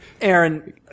Aaron